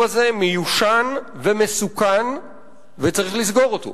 הזה מיושן ומסוכן וצריך לסגור אותו.